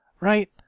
right